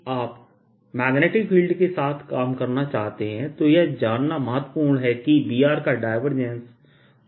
3 dIdt0 तो अब यदि आप मैग्नेटिक फील्ड के साथ काम करना चाहते हैं तो यह जानना महत्वपूर्ण है कि Br का डायवर्जेंस और कर्ल क्या है